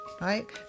right